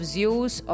Zeus